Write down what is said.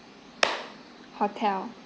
hotel